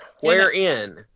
wherein